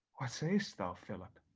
ah say'st thou, philip?